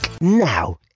now